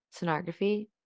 sonography